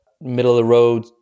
middle-of-the-road